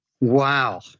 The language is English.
Wow